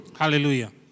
Hallelujah